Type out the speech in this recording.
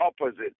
opposite